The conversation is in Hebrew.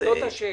זאת השאלה.